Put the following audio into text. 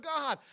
God